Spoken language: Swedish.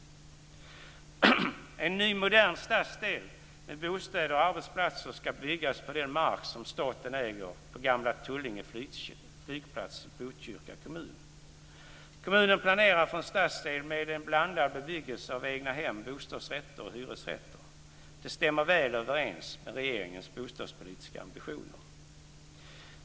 En ny modern stadsdel med bostäder och arbetsplatser ska byggas på den mark som staten äger på gamla Tullinge flygplats i Botkyrka kommun. Kommunen planerar för en stadsdel med en blandad bebyggelse av egnahem, bostadsrätter och hyresrätter. Det stämmer väl överens med regeringens bostadspolitiska ambitioner.